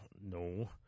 no